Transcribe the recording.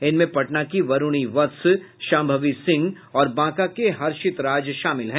इनमें पटना की वरूणी वत्स शांभवी सिंह और बांका के हर्षित राज शामिल है